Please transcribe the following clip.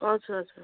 हजुर हजुर